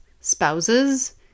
spouses